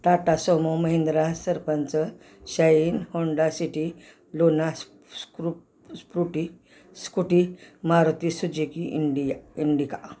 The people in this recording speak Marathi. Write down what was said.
Tata sumo Mahindra Sarpanch Shine Honda City Luna स् स्क्रु स्प्रुटी Scooty Maruti Suzuki India indica